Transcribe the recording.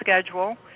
schedule